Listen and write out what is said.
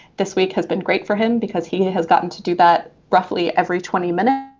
this week has been great for him because he has gotten to do that roughly every twenty minutes.